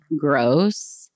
gross